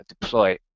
deploy